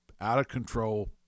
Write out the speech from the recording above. out-of-control